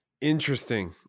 Interesting